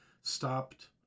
stopped